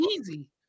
easy